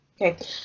Okay